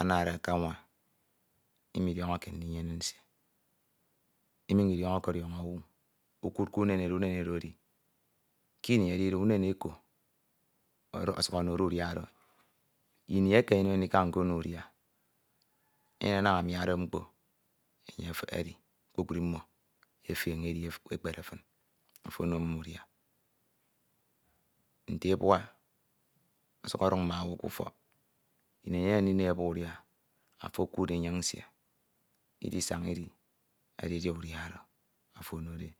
anade k’anwa, imidiọñọke ndiñyene nsie, iminyuñ idiọñokediọnọ owu ukudke unen edo, unen edo edi kini edide unen eko ọsuk onode udia do, ini eke enyemde ndika nko no e udia, enyene naña amiade mkpo, enye efehe edi kpukpru mno efeñe edi ukpeke fin afo ono mmo udia. Nte ebua ọsukedi oku ebuu mfin siak ubua enyene ifiọk ukud ebua mfin unoho.